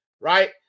right